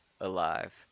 alive